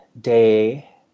day